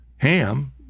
Ham